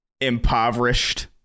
impoverished